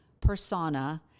persona